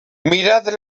mirad